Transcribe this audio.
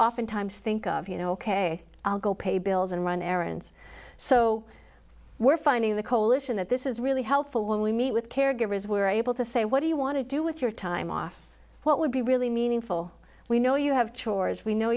oftentimes think of you know ok i'll go pay bills and run errands so we're finding the coalition that this is really helpful when we meet with caregivers were able to say what do you want to do with your time off what would be really meaningful we know you have chores we know